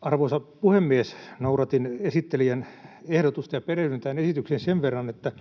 Arvoisa puhemies! Noudatin esittelijän ehdotusta ja perehdyin tähän esitykseen sen verran, että